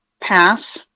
pass